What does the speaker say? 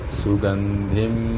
sugandhim